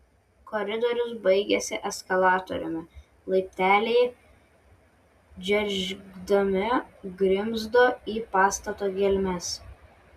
koridorius baigėsi eskalatoriumi laipteliai džergždami grimzdo į pastato gelmes